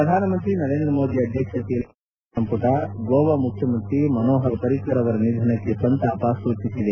ಪ್ರಧಾನಮಂತ್ರಿ ನರೇಂದ್ರ ಮೋದಿ ಅಧ್ಯಕ್ಷತೆಯಲ್ಲಿ ನಡೆದ ಕೇಂದ್ರ ಸಚಿವ ಸಂಪುಟ ಗೋವಾ ಮುಖ್ಯಮಂತ್ರಿ ಮಸೋಪರ್ ಪ್ರಿಕರ್ ಅವರ ನಿಧನಕ್ಕೆ ಸಂತಾಪ ಸೂಚಿಸಿದೆ